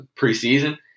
preseason